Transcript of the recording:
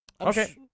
Okay